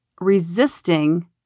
resisting